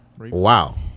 Wow